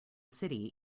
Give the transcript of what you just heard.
city